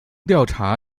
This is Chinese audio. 调查